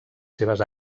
seves